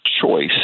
choice